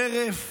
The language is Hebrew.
חרף